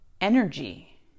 energy